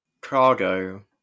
cargo